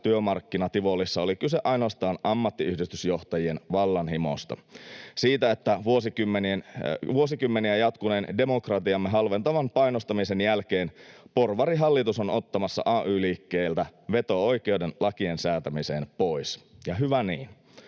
työmarkkinativolissa oli kyse ainoastaan ammattiyhdistysjohtajien vallanhimosta, siitä, että vuosikymmeniä jatkuneen demokratiaamme halventavan painostamisen jälkeen porvarihallitus on ottamassa ay-liikkeeltä veto-oikeuden lakien säätämiseen pois. Ja hyvä niin.